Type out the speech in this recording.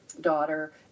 daughter